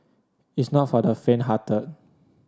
it's not for the fainthearted